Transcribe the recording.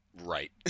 right